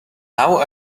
now